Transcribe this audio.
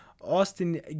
austin